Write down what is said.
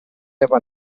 debbo